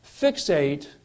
fixate